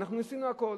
אבל אנחנו ניסינו הכול,